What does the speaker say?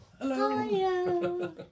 Hello